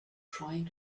trying